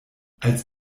als